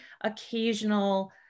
occasional